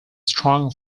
strong